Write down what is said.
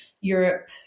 Europe